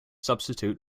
substitute